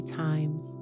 times